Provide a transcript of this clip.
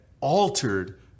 altered